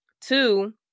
Two